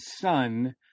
son